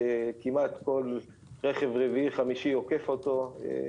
כמעט כל רכב רביעי או חמישי עוקף אותו,